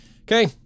Okay